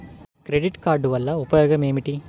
Credit card వల్ల ఉపయోగం ఏమిటీ?